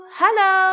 hello